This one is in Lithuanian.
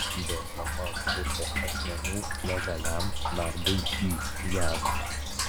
vežama grupė asmenų legaliam darbui į jav